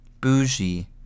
bougie